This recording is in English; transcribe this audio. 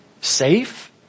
safe